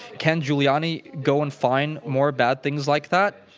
can giuliani go and find more bad things like that?